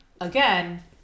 Again